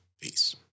Peace